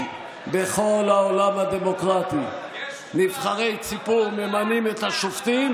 בכל העולם הדמוקרטי נבחרי ציבור ממנים את השופטים,